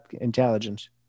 intelligence